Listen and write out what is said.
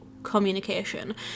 communication